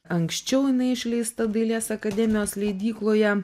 anksčiau jinai išleista dailės akademijos leidykloje